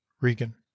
Regan